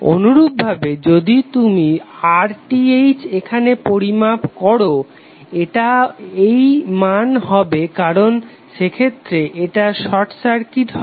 অনুরূপভাবে যদি তুমি RTh এখানে পরিমাপ করো এটা এই মান হবে কারণ সেক্ষেত্রে এটা শর্ট সার্কিট হবে